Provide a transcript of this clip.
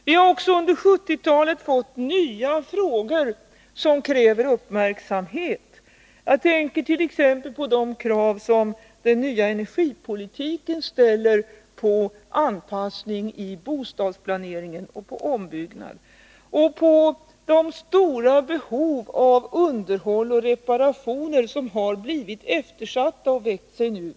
Vi har också under 1970-talet fått nya frågor som kräver uppmärksamhet. på de krav som den nya energipolitiken ställer på anpassning i bostadsplaneringen och på ombyggnad och på det stora behovet av underhåll och reparationer, som har blivit eftersatta.